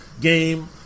Game